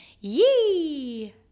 Yee